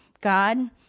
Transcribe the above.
God